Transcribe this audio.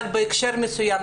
אבל בהקשר מסוים.